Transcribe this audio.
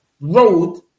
road